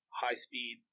high-speed